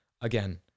again